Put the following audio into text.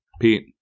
Pete